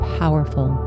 powerful